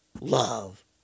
love